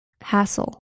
Hassle